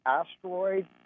asteroid